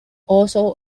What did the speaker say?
also